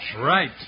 Right